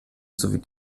sowie